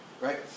right